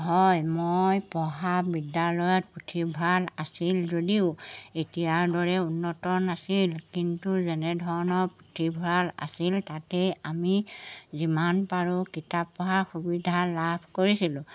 হয় মই পঢ়া বিদ্যালয়ত পুথিভঁৰাল আছিল যদিও এতিয়াৰ দৰে উন্নত নাছিল কিন্তু যেনেধৰণৰ পুথিভঁৰাল আছিল তাতেই আমি যিমান পাৰোঁ কিতাপ পঢ়াৰ সুবিধা লাভ কৰিছিলোঁ